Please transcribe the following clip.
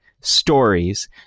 stories